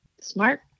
Smart